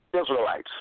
Israelites